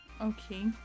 okay